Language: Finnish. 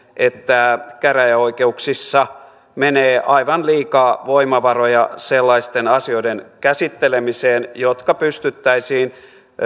että käräjäoikeuksissa menee aivan liikaa voimavaroja sellaisten asioiden käsittelemiseen jotka pystyttäisiin